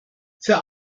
für